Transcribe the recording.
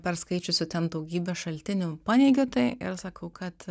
perskaičiusi ten daugybę šaltinių paneigiu tai ir sakau kad